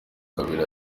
kabiri